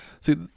See